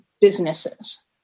businesses